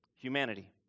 humanity